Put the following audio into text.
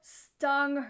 stung